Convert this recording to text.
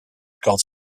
called